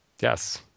Yes